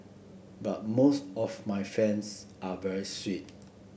but most of my fans are very sweet